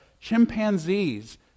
chimpanzees